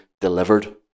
delivered